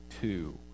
two